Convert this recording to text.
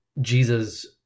Jesus